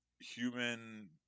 human